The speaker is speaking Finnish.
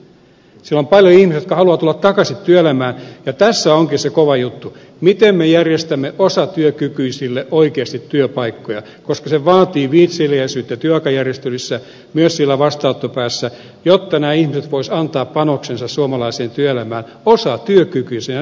siellä on paljon ihmisiä jotka haluavat tulla takaisin työelämään ja tässä onkin se kova juttu miten me järjestämme osatyökykyisille oikeasti työpaikkoja koska se vaatii viitseliäisyyttä työaikajärjestelyissä myös siellä vastaanottopäässä jotta nämä ihmiset voisivat antaa panoksensa suomalaiseen työelämään osatyökykyisinä